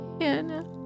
Hannah